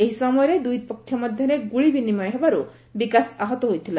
ଏହି ସମୟରେ ଦୁଇ ପକ୍ଷ ମଧ୍ୟରେ ଗୁଳି ବିନିମୟ ହେବାରୁ ବିକାଶ ଆହତ ହୋଇଥିଲା